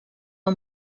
amb